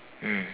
mm